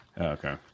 Okay